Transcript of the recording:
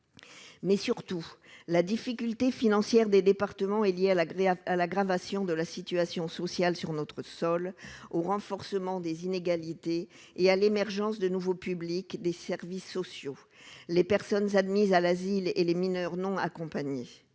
Mais surtout la difficulté financière des départements est liée à l'agréable à l'aggravation de la situation sociale sur notre sol au renforcement des inégalités, il y a l'émergence de nouveaux publics, des services sociaux, les personnes admises à l'asile et les mineurs non accompagnés,